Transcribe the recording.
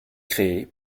créés